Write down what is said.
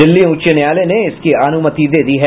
दिल्ली उच्च न्यायालय ने इसकी अनुमति दे दी है